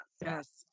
Yes